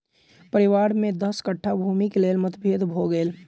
परिवार में दस कट्ठा भूमिक लेल मतभेद भ गेल